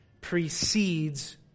precedes